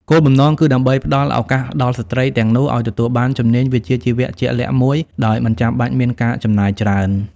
គោលបំណងគឺដើម្បីផ្តល់ឱកាសដល់ស្ត្រីទាំងនោះឱ្យទទួលបានជំនាញវិជ្ជាជីវៈជាក់លាក់មួយដោយមិនចាំបាច់មានការចំណាយច្រើន។